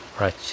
right